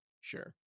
Sure